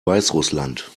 weißrussland